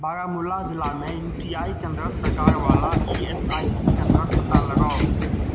बारामूला जिलामे U T I केन्द्रके प्रकारवला ई एस आइ सी केन्द्रके पता लगाउ